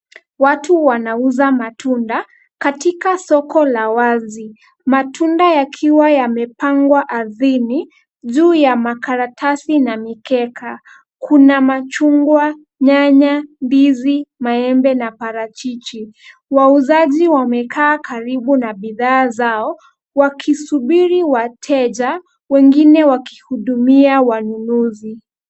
Watu wanauza matunda katika soko la wazi, matunda yakiwa yamepangwa ardhini juu ya makaratasi na mikeka. Kuna machungwa, nyanya, ndizi, maembe na parachichi. Wauzaji wamekaa karibu na bidha zao wakisubiri wateja, wengine wakihudumia wanunuzi.